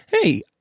hey